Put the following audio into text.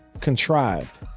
contrived